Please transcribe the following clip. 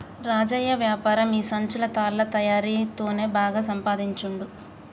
రాజయ్య వ్యాపారం ఈ సంచులు తాళ్ల తయారీ తోనే బాగా సంపాదించుండు